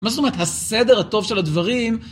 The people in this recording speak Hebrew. מה זאת אומרת? הסדר הטוב של הדברים...